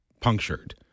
punctured